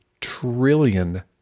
trillion